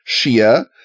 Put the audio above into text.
Shia